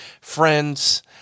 friends